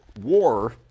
war